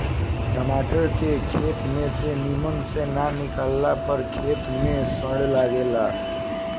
टमाटर के खेत में से निमन से ना निकाले पर खेते में सड़े लगेला